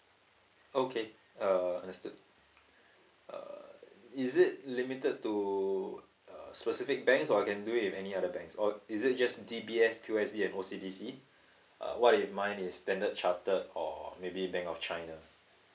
okay uh understood uh is it limited to uh specific banks or I can do it any other banks or is it just D_B_S P_O_S_B and O_C_B_C uh what if mine is standard chartered or maybe bank of china